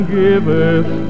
giveth